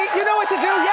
you know what to do,